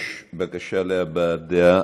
יש בקשת הבעת דעה.